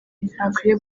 ntakwiye